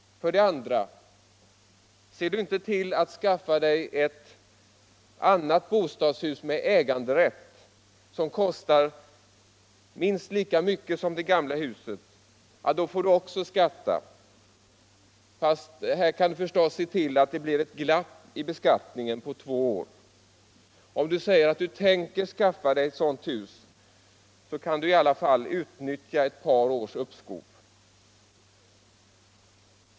För det andra: Ser du inte till att skaffa dig ett annat bostadshus med äganderätt, som kostar minst lika mycket som det gamla huset, får du också skatta. Men här kan du förstås se till att det blir ett glapp i beskattningen på två år. Om du säger att du tänker skaffa dig ett sådant 3 hus kan du i alla fall utnyttja ett par års uppskov.